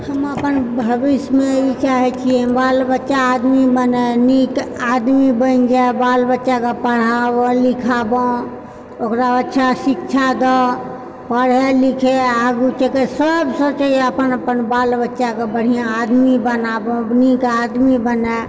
हम अपन भविष्यमे ई चाहैत छिऐ बाल बच्चा आदमी बनए नीक आदमी बनि जाइ बाल बच्चाकेँ पढ़ाबऽ लिखाबऽ ओकरा अच्छा शिक्षा दऽ पढ़ै लिखै आगू जाए कऽ सभ सोचैए अपन अपन बाल बच्चाकेँ बढ़िआँ आदमी बनाबु नीक आदमी बनए